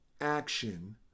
action